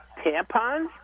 tampons